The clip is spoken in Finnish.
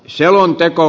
hylätään